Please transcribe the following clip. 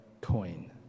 coin